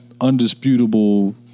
Undisputable